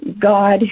God